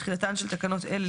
תחילתן של תקנות אלה,